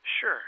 Sure